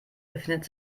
befindet